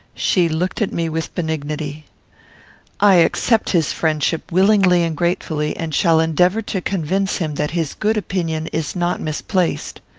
she looked at me with benignity i accept his friendship willingly and gratefully, and shall endeavour to convince him that his good opinion is not misplaced.